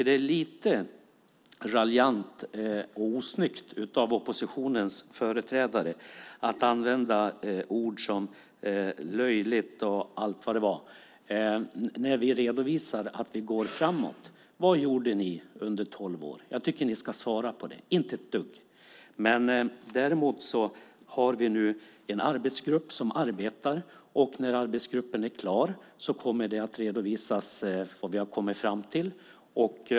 Det är lite raljant och osnyggt av oppositionens företrädare att använda ord som löjligt och allt vad det var när vi redovisar att vi går framåt. Vad gjorde ni under tolv år? Jag tycker att ni ska svara på det: Inte ett dugg. Däremot har vi nu en arbetsgrupp som arbetar. När arbetsgruppen är klar kommer det vi har kommit fram till att redovisas.